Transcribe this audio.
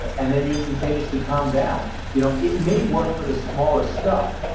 and then you instantaneously calm down? you know it may work for the smaller stuff,